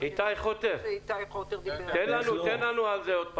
--- איתי חוטר, הסבר לנו שוב על זה.